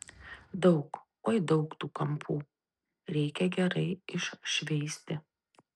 daug oi daug tų kampų reikia gerai iššveisti